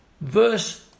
verse